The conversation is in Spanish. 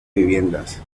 viviendas